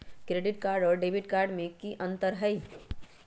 Credit card और debit card में की अंतर हई?